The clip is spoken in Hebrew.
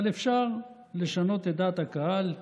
אבל אפשר לשנות את דעת הקהל,